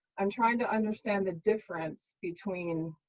i'm trying to understand the difference between